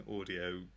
audio